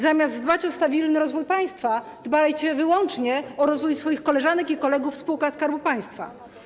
Zamiast dbać o stabilny rozwój państwa, dbacie wyłącznie o rozwój swoich koleżanek i kolegów w spółkach Skarbu Państwa.